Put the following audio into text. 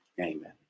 Amen